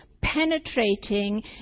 penetrating